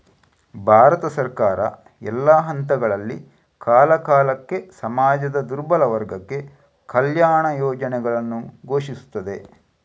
ಭಾರತ ಸರ್ಕಾರ, ಎಲ್ಲಾ ಹಂತಗಳಲ್ಲಿ, ಕಾಲಕಾಲಕ್ಕೆ ಸಮಾಜದ ದುರ್ಬಲ ವರ್ಗಕ್ಕೆ ಕಲ್ಯಾಣ ಯೋಜನೆಗಳನ್ನು ಘೋಷಿಸುತ್ತದೆ